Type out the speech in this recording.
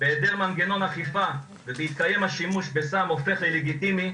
בהיעדר מנגנון אכיפה ובהתקיים השימוש בסם שהופך ללגיטימי,